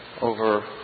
over